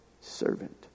servant